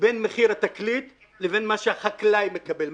בין מחיר התקליט ובין מה שהחקלאי מקבל.